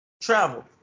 travel